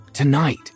Tonight